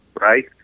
right